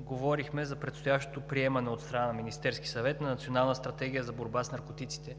говорихме за предстоящото приемане от страна на Министерския съвет на Национална стратегия за борба с наркотиците.